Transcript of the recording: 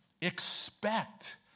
Expect